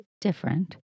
different